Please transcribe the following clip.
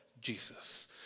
Jesus